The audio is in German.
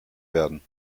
werden